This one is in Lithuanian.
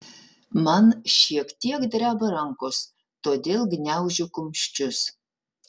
man šiek tiek dreba rankos todėl gniaužiu kumščius